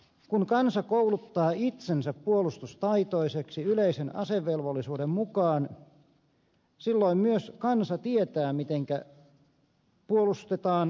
kun kansa kouluttaa itsensä puolustustaitoiseksi yleisen asevelvollisuuden mukaan silloin myös kansa tietää mitenkä puolustetaan jos tarvitaan